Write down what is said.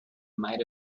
might